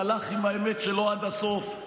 והלך עם האמת שלו עד הסוף: